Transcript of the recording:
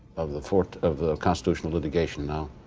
of the sort of constitutional litigation now,